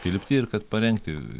tilpti ir kad parengti